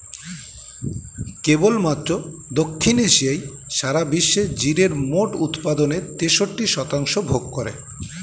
কেবলমাত্র দক্ষিণ এশিয়াই সারা বিশ্বের জিরের মোট উৎপাদনের তেষট্টি শতাংশ ভোগ করে